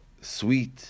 sweet